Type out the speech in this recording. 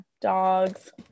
dogs